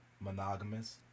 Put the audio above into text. monogamous